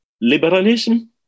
liberalism